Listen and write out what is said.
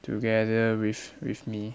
together with with me